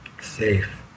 safe